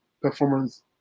performance